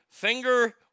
Finger